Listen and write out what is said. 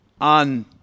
on